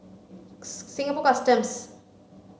Singapore Customs